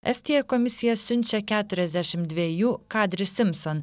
estija į komisiją siunčia keturiasdešimt dvejų kadri simson